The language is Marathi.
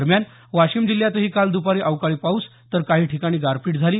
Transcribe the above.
दरम्यान वाशिम जिल्ह्यातही काल द्रपारी अवकाळी पाऊस तर काही ठिकाणी गारपीट झाली